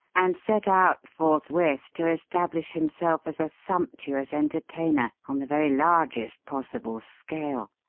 and set out forthwith to establish himself as a sumptuous entertainer on the very largest possible scale.